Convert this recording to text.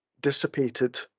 dissipated